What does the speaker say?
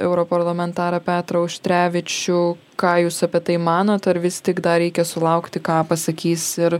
europarlamentarą petrą auštrevičių ką jūs apie tai manot ar vis tik dar reikia sulaukti ką pasakys ir